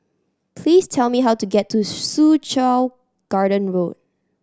please tell me how to get to Soo Chow Garden Road